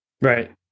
Right